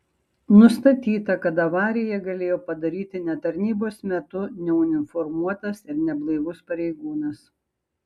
nustatyta kad avariją galėjo padaryti ne tarnybos metu neuniformuotas ir neblaivus pareigūnas